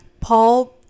paul